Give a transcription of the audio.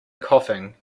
coughing